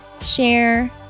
share